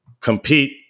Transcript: compete